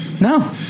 No